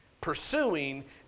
pursuing